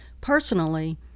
personally